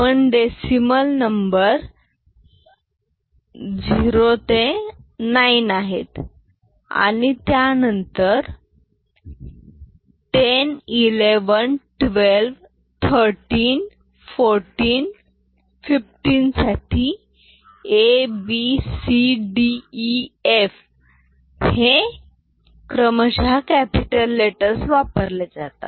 पण decimal number 0 ते 9 आहेत आणि त्यानंतर 10 11 12 13 14 15 साठी A B C D E F हे कॅपिटल लेटर्स वापरले जातात